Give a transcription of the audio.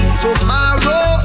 tomorrow